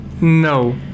No